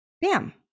Bam